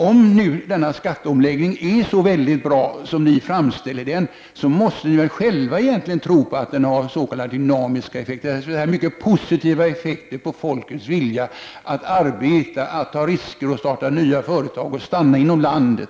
Om nu nämnda skatteomläggning är så väldigt bra som ni framställer den, måste ni väl själva egentligen tro på att den har s.k. dynamiska effekter, dvs. mycket positiva på folks vilja att arbeta, ta risker och starta nya företag och stanna inom landet.